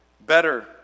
Better